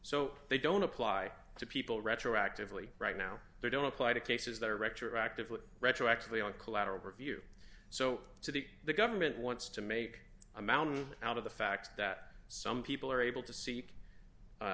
so they don't apply to people retroactively right now they don't apply to cases that are rector actively retroactively on collateral review so to the the government wants to make a mountain out of the fact that some people are able to see